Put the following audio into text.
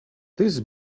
this